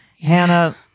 Hannah